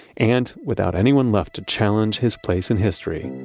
and without anyone left to challenge his place in history,